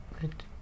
Good